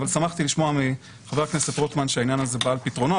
אבל שמחתי לשמוע מחבר כנסת רוטמן שהעניין הזה בא על פתרונו,